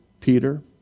Peter